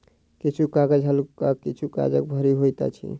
किछु कागज हल्लुक आ किछु काजग भारी होइत अछि